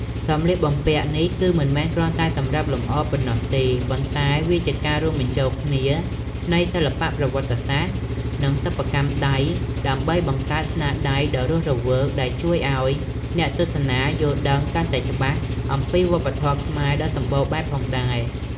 សម្លៀកបំពាក់នេះគឺមិនមែនគ្រាន់តែសម្រាប់លម្អរប៉ុណ្ណោះទេ ប៉ុន្តែវាជាការរួមបញ្ចូលគ្នានៃសិល្បៈ ប្រវត្តិសាស្ត្រ និងសិប្បកម្មដៃ ដើម្បីបង្កើតស្នាដៃដ៏រស់រវើកដែលជួយឱ្យអ្នកទស្សនាបានយល់ដឹងកាន់តែច្បាស់អំពីវប្បធម៌ខ្មែរដ៏សម្បូរបែបផងដែរ ។